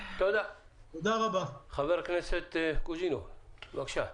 חבר הכנסת קוז'ינוב, בבקשה.